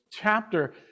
chapter